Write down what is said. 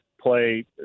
play